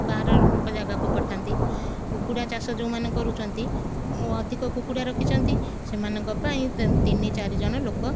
ବାହାର ଜାଗାକୁ ପଠାନ୍ତି କୁକୁଡ଼ା ଚାଷ ଯେଉଁମାନେ କରୁଛନ୍ତି ମୁଁ ଅଧିକ କୁକୁଡ଼ା ରଖିଛନ୍ତି ସେମାନଙ୍କ ପାଇଁ ତିନି ଚାରି ଜଣ ଲୋକ